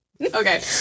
okay